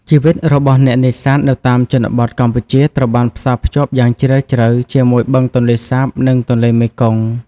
ជីវិតរបស់អ្នកនេសាទនៅតាមជនបទកម្ពុជាត្រូវបានផ្សារភ្ជាប់យ៉ាងជ្រាលជ្រៅជាមួយ បឹងទន្លេសាប និងទន្លេមេគង្គ។